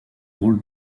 rôles